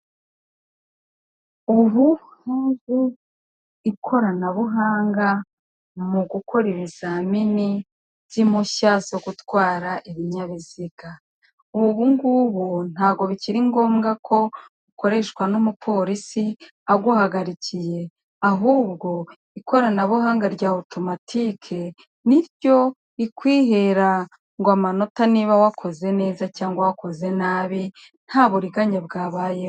Aya n'ameza ari mu nzu, bigaragara ko aya meza ari ayokuriho arimo n'intebe nazo zibaje mu biti ariko aho bicarira hariho imisego.